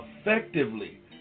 effectively